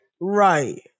Right